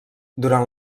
durant